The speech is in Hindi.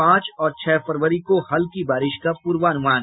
पांच और छह फरवरी को हल्की बारिश का पूर्वानुमान